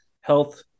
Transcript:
health